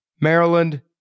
maryland